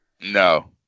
no